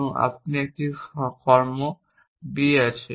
এবং আপনি একটি কর্ম b আছে